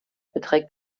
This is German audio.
beträgt